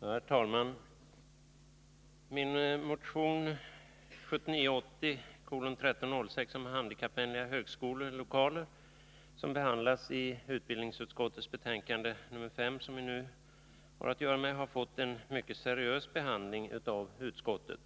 Herr talman! Min motion 1979 81:5, har fått en mycket seriös behandling av utskottet.